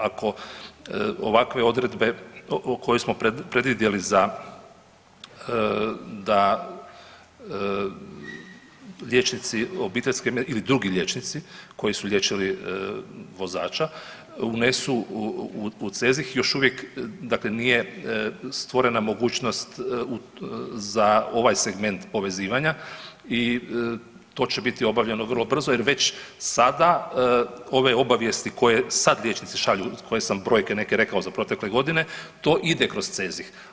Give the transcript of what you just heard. Ako ovakve odredbe koje smo predvidjeli da liječnici obiteljske ili drugi liječnici koji su liječili vozača unesu u CEZIH još uvijek, dakle nije stvorena mogućnost za ovaj segment povezivanja i to će biti obavljeno vrlo brzo jer već sada ove obavijesti koje sad liječnici šalju koje sam brojke neke rekao za protekle godine to ide kroz CEZIH.